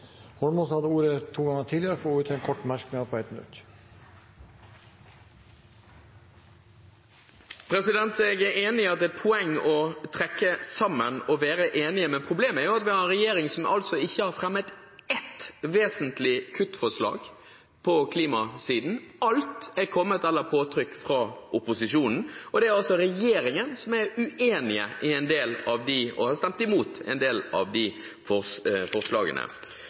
Holmås har hatt ordet to ganger tidligere og får ordet til en kort merknad, begrenset til 1 minutt. Jeg er enig i at det er et poeng å trekke sammen og være enige. Men problemet er at vi har en regjering som ikke har fremmet ett vesentlig kuttforslag på klimasiden. Alt er kommet etter påtrykk fra opposisjonen. Det er altså regjeringspartiene som er uenige og har stemt imot en del av forslagene.